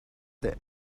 the